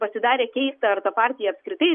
pasidarė keista ar ta partija apskritai